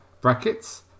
brackets